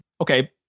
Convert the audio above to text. Okay